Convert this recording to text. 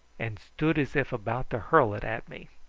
and stood as if about to hurl it at me.